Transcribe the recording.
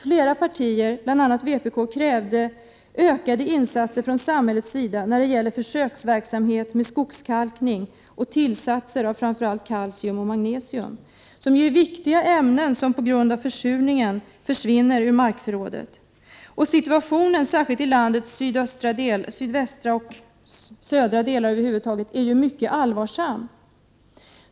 Flera partier, bl.a. vpk, krävde ökade insatser från samhällets sida när det gäller försöksverksamhet med skogskalkning och tillsatser av framför allt kalcium och magnesium, som är viktiga ämnen men som på grund av försurningen försvinner ur markförrådet. Situationen särskilt i landets sydvästra och södra delar är mycket allvarsam.